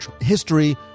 history